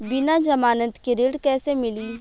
बिना जमानत के ऋण कैसे मिली?